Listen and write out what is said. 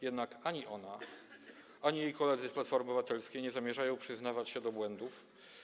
Jednak ani ona, ani jej koledzy z Platformy Obywatelskiej nie zamierzają przyznawać się do błędów.